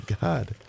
God